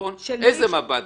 איזה מב"דים?